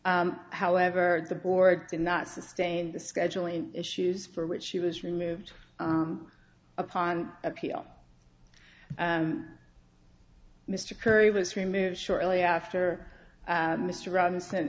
however the board did not sustain the scheduling issues for which she was removed upon appeal mr curry was removed shortly after mr robinson